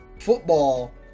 football